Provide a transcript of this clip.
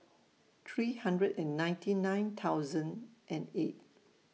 three hundred and ninety nine thousand and eight